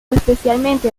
especialmente